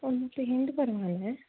ਉਹਨੂੰ ਪੇਂਟ ਕਰਵਾਉਣਾ ਹੈ